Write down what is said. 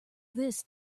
this